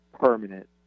permanent